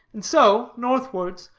and so, northwards,